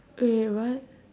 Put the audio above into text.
wait what